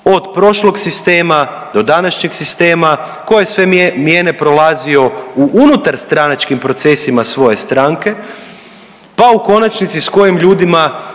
od prošlog sistema do današnjeg sistema, koje sve mijene prolazio u unutarstranačkim procesima svoje stranke, pa u konačnici s kojim ljudima